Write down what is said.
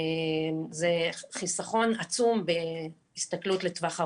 זה חסכון עצום בהסתכלות לטווח ארוך.